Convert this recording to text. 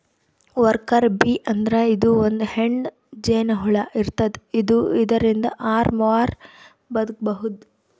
worker bee ಅಂದ್ರ ಇದು ಒಂದ್ ಹೆಣ್ಣ್ ಜೇನಹುಳ ಇರ್ತದ್ ಇದು ಐದರಿಂದ್ ಆರ್ ವಾರ್ ಬದ್ಕಬಹುದ್